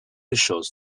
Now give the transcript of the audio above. ensures